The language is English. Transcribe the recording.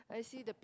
I see the